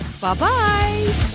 Bye-bye